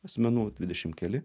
asmenų dvidešim keli